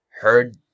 heard